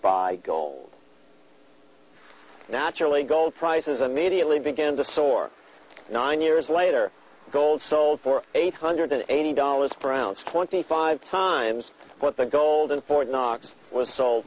buy gold naturally gold prices a mediately began to soar nine years later gold sold for eight hundred eighty dollars per ounce twenty five times what the gold in fort knox was so